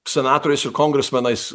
senatorius su kongresmenais